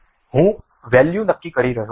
હું વેલ્યુ નક્કી કરી રહ્યો છું